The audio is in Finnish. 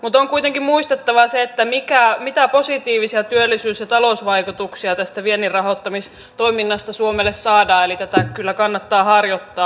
mutta on kuitenkin muistettava se mitä positiivisia työllisyys ja talousvaikutuksia tästä vienninrahoittamistoiminnasta suomelle saadaan eli tätä kyllä kannattaa harjoittaa